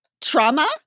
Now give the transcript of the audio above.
trauma